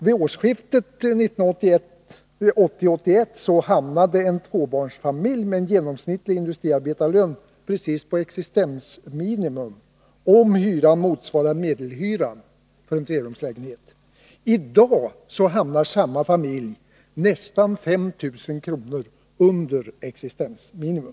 Vid årsskiftet 1980-1981 hamnade en tvåbarnsfamilj med genomsnittlig industriarbetarlön precis på existensminimum, om hyran motsvarade medelhyran för en trerumslägenhet. I dag hamnar samma familj nästan 5 000 kr. under existensminimum.